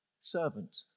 Servant